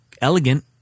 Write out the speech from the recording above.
elegant